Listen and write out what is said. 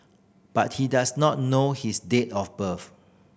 but he does not know his date of birth